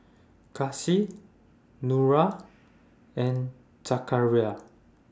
Kasih Nura and Zakaria